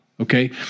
Okay